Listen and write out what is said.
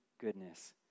goodness